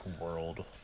world